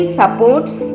supports